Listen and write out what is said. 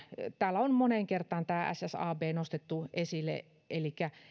täällä on moneen kertaan tämä ssab nostettu esille elikkä